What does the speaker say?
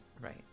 right